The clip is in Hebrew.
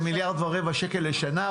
זה מיליארד ורבע שקל בשנה,